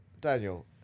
Daniel